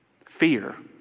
Fear